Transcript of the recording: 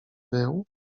był